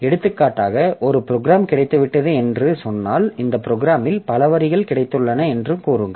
எடுத்துக்காட்டாக ஒரு ப்ரோக்ராம் கிடைத்துவிட்டது என்று சொன்னால் இந்த ப்ரோகிராமில் பல வரிகள் கிடைத்துள்ளன என்றும் கூறுங்கள்